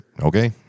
okay